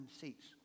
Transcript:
seats